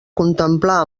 contemplar